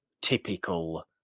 typical